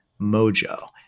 Mojo